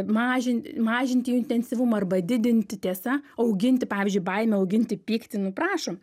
mažint mažinti jų intensyvumą arba didinti tiesa auginti pavyzdžiui baimę auginti pyktį nu prašom